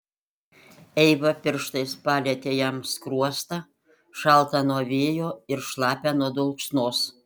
eiva pirštais palietė jam skruostą šaltą nuo vėjo ir šlapią nuo dulksnos